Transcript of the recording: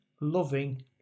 loving